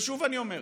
ושוב אני אומר,